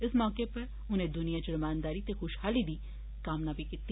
इस मौके उनें दुनिया च रमानदारी ते खुशहाली दी कामना बी कीती